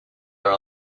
our